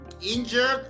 injured